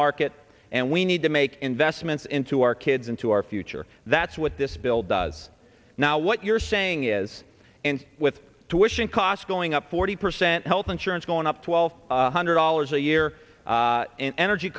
market and we need to make investments into our kids into our future that's what this bill does now what you're saying is with two wish it cost going up forty percent health insurance going up twelve hundred dollars a year in energy